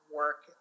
work